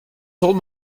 told